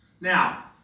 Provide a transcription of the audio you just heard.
Now